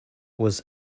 was